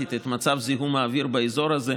דרמטית את מצב זיהום האוויר באזור הזה,